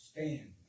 Stand